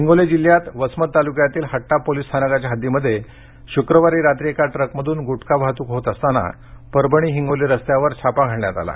हिंगोली जिल्ह्यातील वसमत तालुक्यातील हट्टा पोलीस स्थानकाच्या हद्दीमध्ये शुक्रवारी रात्री एका ट्रकमध्रन ग्रटखा वाहतूक होत असताना परभणी हिगोली रस्त्यावर छापा घालण्यात आला